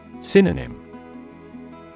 Synonym